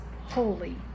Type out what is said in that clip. holy